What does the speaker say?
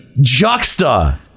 Juxta